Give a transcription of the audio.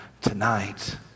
tonight